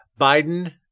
Biden